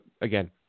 again